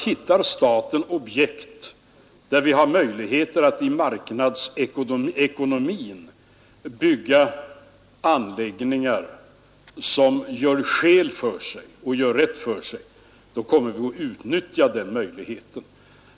Hittar staten objekt, som gör det möjligt att inom marknadsekonomins ram bygga anläggningar som gör rätt för sig, är det klart att vi kommer att utnyttja denna möjlighet.